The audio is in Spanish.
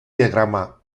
diagrama